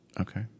Okay